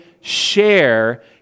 share